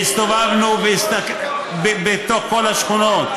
אני מסתובב כל שבוע.